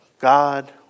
God